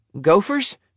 Gophers